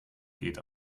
geht